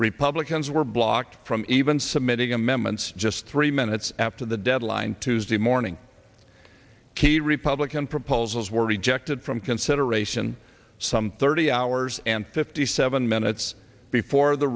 republicans were blocked from even submitting a memo and just three minutes after the deadline tuesday morning key republican proposals were rejected from consideration some thirty hours and fifty seven minutes before the